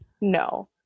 No